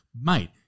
mate